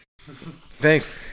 Thanks